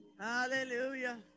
Hallelujah